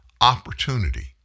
opportunity